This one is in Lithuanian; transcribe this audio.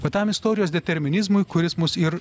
va tam istorijos determinizmui kuris mus ir